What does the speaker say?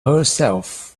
herself